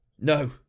No